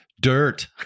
dirt